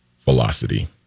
Velocity